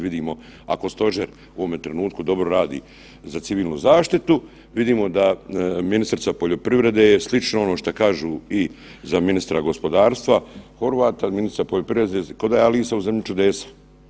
Vidimo ako stožer u ovome trenutku dobro radi za civilnu zaštitu vidimo da ministrica poljoprivrede je slično ono šta kažu i za ministra gospodarstva Horvata, ministrica poljoprivrede koda je „Alisa u zemlji čudesa“